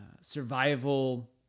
survival